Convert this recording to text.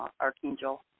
archangel